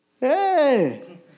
Hey